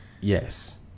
Yes